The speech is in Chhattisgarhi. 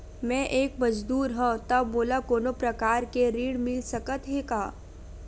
मैं एक मजदूर हंव त मोला कोनो प्रकार के ऋण मिल सकत हे का?